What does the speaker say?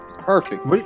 perfect